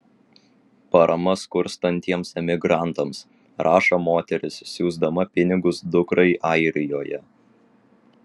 parama skurstantiems emigrantams rašo moteris siųsdama pinigus dukrai airijoje